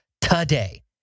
today